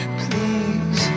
please